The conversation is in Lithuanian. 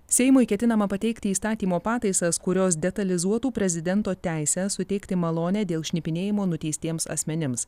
seimui ketinama pateikti įstatymo pataisas kurios detalizuotų prezidento teisę suteikti malonę dėl šnipinėjimo nuteistiems asmenims